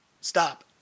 stop